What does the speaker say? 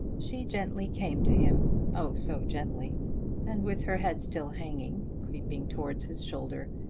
she gently came to him oh so gently and with her head still hanging, creeping towards his shoulder,